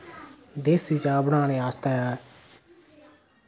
देसी चाह् बनाने आस्तै